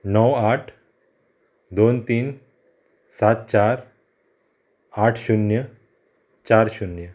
णव आठ दोन तीन सात चार आठ शुन्य चार शुन्य